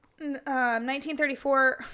1934